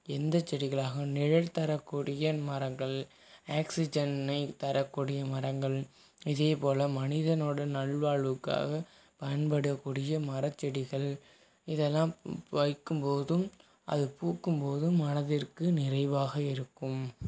எந்த செடிகளாக நிழல் தரக்கூடிய மரங்கள் ஆக்சிஜனை தரக்கூடிய மரங்கள் இதேபோல் மனிதனோட நல்வாழ்வுக்காக பயன்படக்கூடிய மரச்செடிகள் இதெல்லாம் வைக்கும் போதும் அது பூக்கும் போதும் மனதிற்கு நிறைவாக இருக்கும்